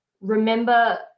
Remember